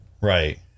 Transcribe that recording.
Right